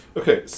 okay